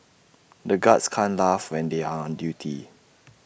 the guards can't laugh when they are on duty